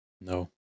No